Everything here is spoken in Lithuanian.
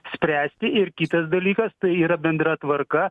spręsti ir kitas dalykas tai yra bendra tvarka